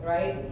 Right